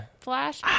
Flash